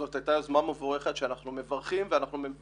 זאת הייתה יוזמה מבורכת שאנחנו מברכים ומבקשים